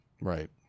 Right